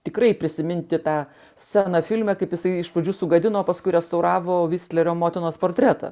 tikrai prisiminti tą sceną filme kaip jisai iš pradžių sugadino o paskui restauravo vislerio motinos portretą